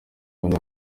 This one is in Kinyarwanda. abana